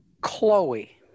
Chloe